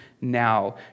now